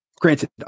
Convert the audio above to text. Granted